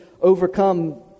Overcome